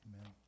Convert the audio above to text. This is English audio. Amen